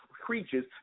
creatures